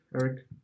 Eric